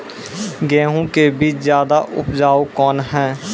गेहूँ के बीज ज्यादा उपजाऊ कौन है?